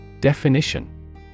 Definition